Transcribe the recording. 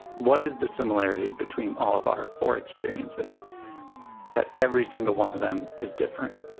what is the similarity between all of our four experiences that every single one of them is different?